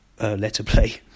letterplay